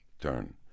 turn